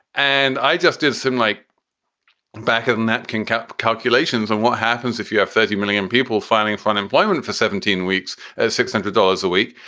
and i just did some like back then that can cut calculations on what happens if you have fifty million people filing for unemployment for seventeen weeks as six hundred dollars a week.